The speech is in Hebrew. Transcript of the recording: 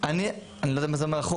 אני לא יודע מה זה אומר אחורה.